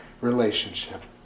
relationship